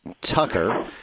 Tucker